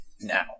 now